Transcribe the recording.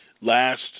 last